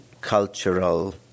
cultural